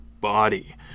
body